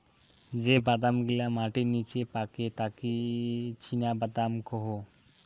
যে বাদাম গিলা মাটির নিচে পাকে তাকি চীনাবাদাম কুহু